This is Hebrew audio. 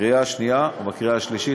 בקריאה שנייה ובקריאה שלישית.